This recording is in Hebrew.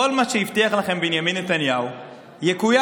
כל מה שהבטיח לכם בנימין נתניהו יקוים.